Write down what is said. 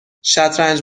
شطرنج